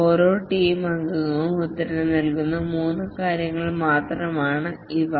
ഓരോ ടീം അംഗവും ഉത്തരം നൽകുന്ന 3 കാര്യങ്ങൾ മാത്രമാണ് ഇവ